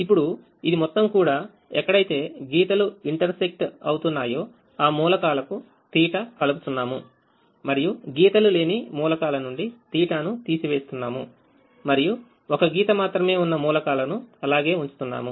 ఇప్పుడు ఇది మొత్తం కూడా ఎక్కడైతే గీతలు intersect అవుతున్నాయో ఆ మూలకాలకు θకలుపుచున్నాము మరియు గీతలు లేని మూలకాల నుండి θను తీసి వేస్తున్నాము మరియు ఒక గీత మాత్రమే ఉన్న మూలకాలను అలాగే ఉంచుతున్నాము